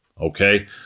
Okay